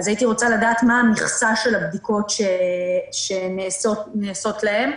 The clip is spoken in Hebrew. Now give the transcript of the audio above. אז הייתי רוצה לדעת: מה המכסה של הבדיקות שנעשות להם?